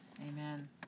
Amen